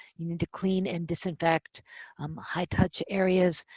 you need to clean and disinfect um high-touch areas,